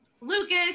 Lucas